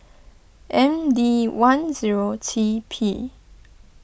M D one zero T P